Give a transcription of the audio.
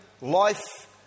life